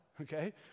okay